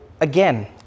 Again